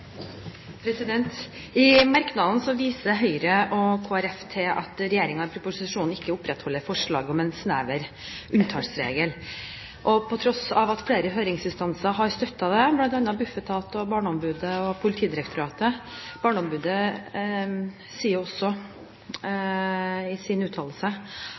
I merknadene viser Høyre og Kristelig Folkeparti til at regjeringen i proposisjonen ikke opprettholder forslaget om en snever unntaksregel, på tross av at flere høringsinstanser har støttet det, bl.a. Bufetat, barneombudet og Politidirektoratet. Barneombudet sier også i sin uttalelse